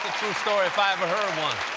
story if i ever heard one.